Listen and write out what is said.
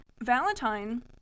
Valentine